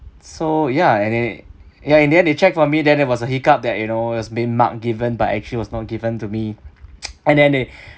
so ya and it ya in the end they check for me then there was a hiccup that you know was being marked given but actually was not given to me and then they